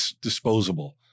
Disposable